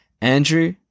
Andrew